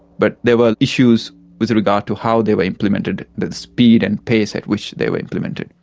but there were issues with regard to how they were implemented, the speed and pace at which they were implemented.